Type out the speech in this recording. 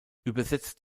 übersetzt